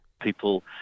People